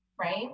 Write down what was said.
right